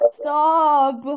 stop